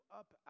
up